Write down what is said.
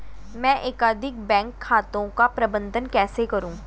मैं एकाधिक बैंक खातों का प्रबंधन कैसे करूँ?